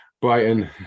Brighton